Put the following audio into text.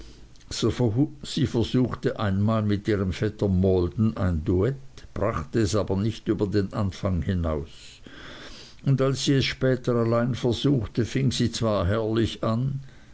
sie versuchte einmal mit ihrem vetter maldon ein duett brachte es aber nicht über den anfang hinaus und als sie es später allein versuchte fing sie zwar herrlich an